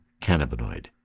cannabinoid